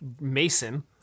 Mason